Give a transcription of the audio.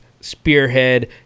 spearhead